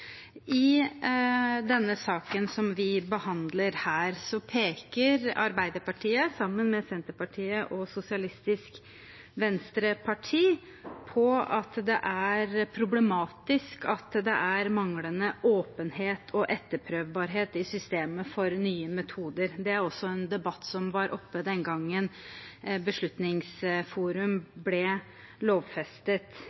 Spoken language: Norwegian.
I denne saken som vi behandler her, peker Arbeiderpartiet, sammen med Senterpartiet og Sosialistisk Venstreparti, på at det er problematisk at det er manglende åpenhet og etterprøvbarhet i systemene for nye metoder. Det er også en debatt som var oppe den gangen